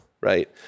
right